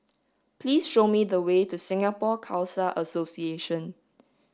please show me the way to Singapore Khalsa Association